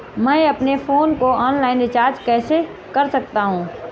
मैं अपने फोन को ऑनलाइन रीचार्ज कैसे कर सकता हूं?